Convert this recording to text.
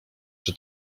czy